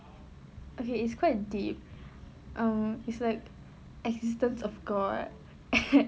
okay it's quite deep um is like existence of god